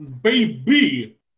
baby